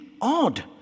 odd